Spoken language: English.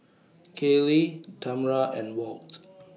Kaylee Tamra and Walt